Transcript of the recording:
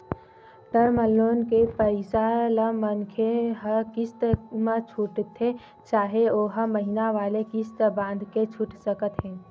term loan के पइसा ल मनखे ह किस्ती म छूटथे चाहे ओहा महिना वाले किस्ती बंधाके छूट सकत हे